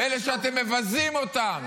אלה שאתם מבזים אותם.